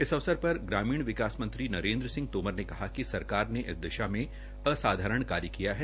इस अवसर पर ग्रामीण विकास मंत्री नरेन्द्र सिंह तोमर ने कहा कि सरकार ने इस दिशा में असाधारण कार्य किया है